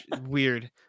Weird